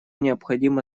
необходимо